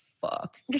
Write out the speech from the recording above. fuck